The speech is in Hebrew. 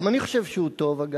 שלוש דקות לאדוני.